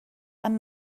amb